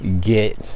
get